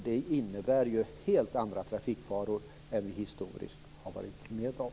Detta innebär ju helt andra trafikfaror än vad vi historiskt har varit med om.